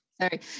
Sorry